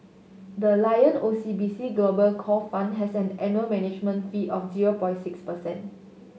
the Lion O C B C Global Core Fund has an annual management fee of zero point six percent